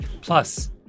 Plus